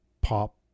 pop